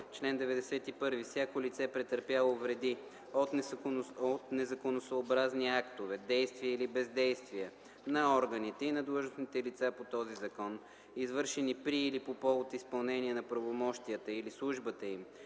„Чл. 91. Всяко лице, претърпяло вреди от незаконосъобразни актове, действия или бездействия на органите и на длъжностните лица по този закон, извършени при или по повод изпълнение на правомощията или службата им,